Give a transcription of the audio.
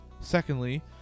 Secondly